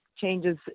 changes